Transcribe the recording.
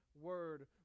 word